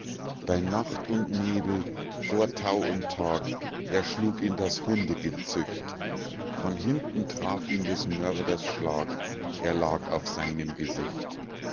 bei nacht und nebel vor tau und tag erschlug ihn das hundegezücht von hinten traf ihn des mörders schlag er lag auf seinem gesicht